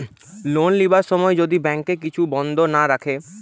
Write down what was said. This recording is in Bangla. লোন লিবার সময় যদি ব্যাংকে কিছু বন্ধক না রাখে